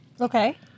Okay